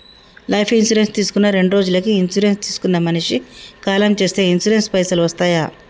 Life insurance తీసుకున్న రెండ్రోజులకి insurance తీసుకున్న మనిషి కాలం చేస్తే ఇన్సూరెన్స్ పైసల్ వస్తయా?